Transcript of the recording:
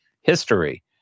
history